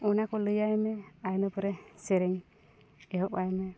ᱚᱱᱟ ᱠᱚ ᱞᱟᱹᱭᱟᱭᱼᱢᱮ ᱟᱨ ᱤᱱᱟᱹᱯᱚᱨᱮ ᱥᱮᱨᱮᱧ ᱮᱦᱚᱵᱽ ᱟᱭᱢᱮ